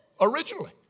originally